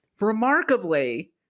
remarkably